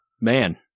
man